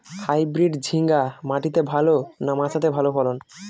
Hybrid ঝিঙ্গা মাটিতে ভালো না মাচাতে ভালো ফলন?